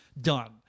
done